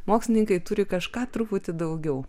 mokslininkai turi kažką truputį daugiau